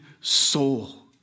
soul